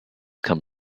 come